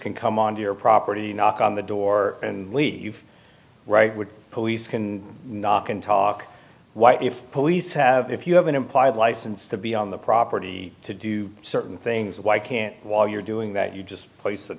can come onto your property knock on the door and leave right would police can knock and talk white if police have if you have an implied license to be on the property to do certain things why can't while you're doing that you just